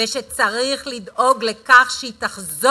אני אצליח לסיים ותבין שאנחנו תמימי דעים,